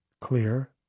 clear